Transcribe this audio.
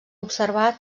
observar